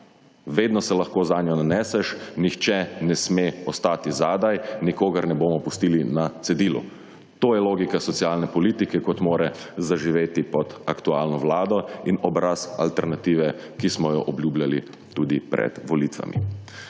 vedno se lahko nanjo naneseš, nihče ne sme ostati zadaj, nikogar ne bomo pustili na cedilu, to je logika socialne politike kot mora zaživeti pod aktualno vlado in obraz alternative, ki smo jo obljubljali tudi pred volitvami.